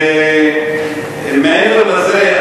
מעבר לזה,